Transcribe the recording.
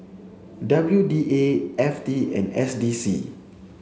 W D A F T and S D C